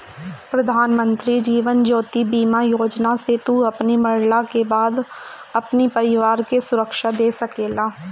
प्रधानमंत्री जीवन ज्योति बीमा योजना से तू अपनी मरला के बाद अपनी परिवार के सुरक्षा दे सकेला